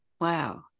Wow